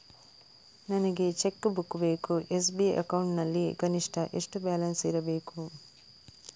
ನನಗೆ cheque book ಬೇಕು SB account ನಲ್ಲಿ ಕನಿಷ್ಠ ಎಷ್ಟು ಬ್ಯಾಲೆನ್ಸ್ ಇರಬೇಕು?